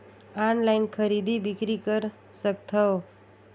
Online खरीदी बिक्री कर सकथव?